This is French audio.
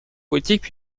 politiques